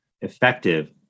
effective